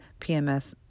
PMS